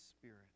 spirit